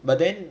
but then